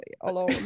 alone